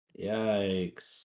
Yikes